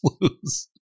lose